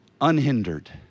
Unhindered